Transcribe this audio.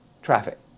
Traffic